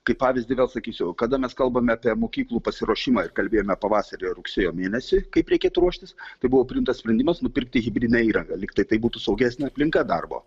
kaip pavyzdį vėl sakysiu kada mes kalbame apie mokyklų pasiruošimą kalbėjome pavasarį ar rugsėjo mėnesį kaip reikėtų ruoštis tai buvo priimtas sprendimas nupirkti hibridinę įrangą lyg tai tai būtų saugesnė aplinka darbo